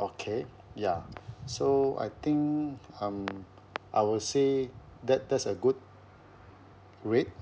okay ya so I think um I would say that that's a good rate